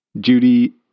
Judy